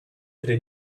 tre